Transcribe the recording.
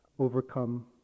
overcome